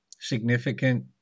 significant